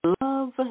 love